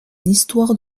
histoire